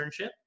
internship